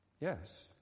Yes